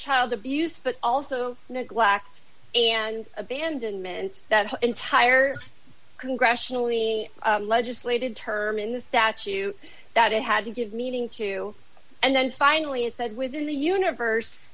child abuse but also neglect and abandonment that entire congressionally legislated term in the statute that it had to give meaning to and then finally it's said within the universe